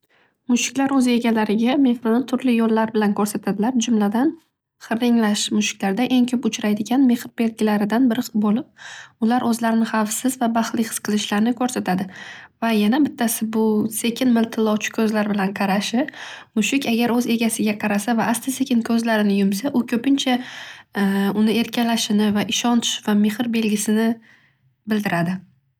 Mushuklar o'z egalariga turli yo'llar bilan mehr ko'rsatadilar. Jumladan hiringlash mushuklarda eng ko'p uchraydigan mehr belgilaridan biri bo'lib ular o'zlarini xavfsiz va baxtli his qilishlarini ko'rsatadi. Va yana bittasi bu sekin miltillovchi ko'zlar bilan qarashi. Mushuk agar o'z egasiga qarasa va asta sekin ko'zlarini yumsa u ko'pincha erkalashini va ishonch va mehr belgisini bildiradi.